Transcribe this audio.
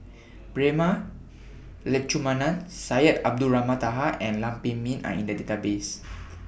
Prema Letchumanan Syed Abdulrahman Taha and Lam Pin Min Are in The Database